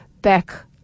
back